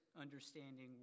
understanding